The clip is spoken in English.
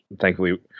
Thankfully